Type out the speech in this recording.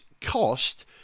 cost